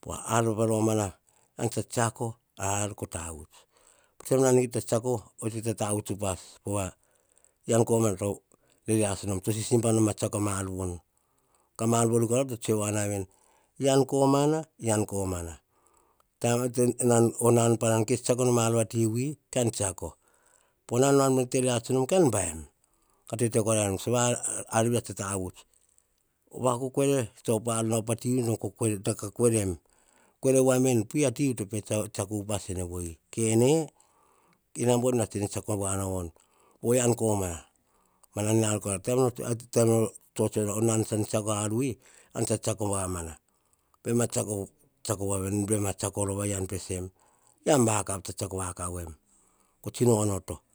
po ar pa romana, ean tsa tsiako ar ko tavuts. Taim nan kita tsiako, oyia tsa kita tavuts upas. Pova, ean komana to rereats nom, to sisiba nom pa tsiako a ma ar vori. Ka ma ar vori kora, to tsoe voa na veni, ean komana, ean komana po nan, nom kes tsiako nom, a ar vati vui, kan tsiako. Po nan, nan te reats nom, kan baim. Ka tete korainom, ar via tsa tavuts. Va kokoere, tsa op nao a ar pa tivui, ka koerem, koere voaem veni, a ti vui to pe tsiako upas voi, ke ene, kina bon via, tsene tsiako voa nao voni, po ve am komana. Ma na mi ar kora, taim nor tso tsoe nor, o nan tsan tsiako ar vui, ean tsa tsiako vamana. Baim a tsiako voa veni, baim a tsiako rova pesem, e an vakav tsa tsiako vakav em, ko tsino onoto.